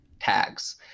tags